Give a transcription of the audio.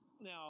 Now